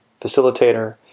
facilitator